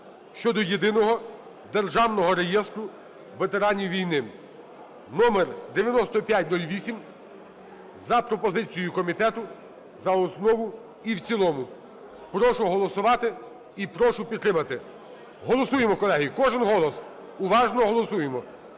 щодо Єдиного державного реєстру ветеранів війни (№ 9508), за пропозицією комітету, за основу і в цілому. Прошу голосувати і прошу підтримати. Голосуємо, колеги. Кожен голос. Уважно голосуємо.